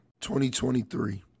2023